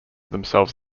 themselves